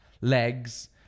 legs